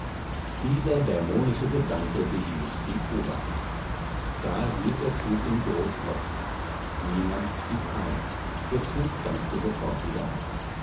dieser dämonische gedanke behielt die oberhand da hielt der zug in groß flottbeck niemand stieg ein der zug dampfte sofort wieder ab